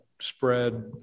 spread